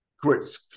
Great